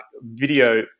video